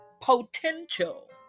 potential